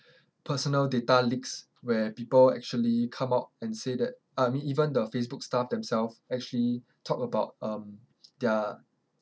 personal data leaks where people actually come out and say that I mean even the facebook staff themselves actually talk about um their